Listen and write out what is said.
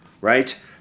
right